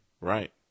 Right